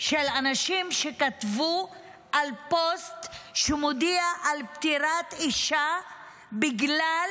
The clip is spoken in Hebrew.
של אנשים שכתבו על פוסט שמודיע על פטירת אישה בגלל